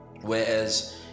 whereas